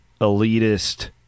elitist